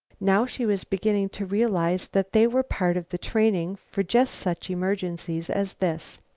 now she was beginning to realize that they were part of the training for just such emergencies as this.